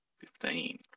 Fifteen